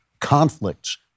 conflicts